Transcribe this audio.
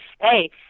Hey